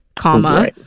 comma